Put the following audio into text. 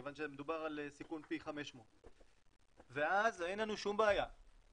כיון שמדובר על סיכון פי 500. ואז אין לנו שום בעיה להפעיל